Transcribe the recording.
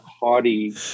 haughty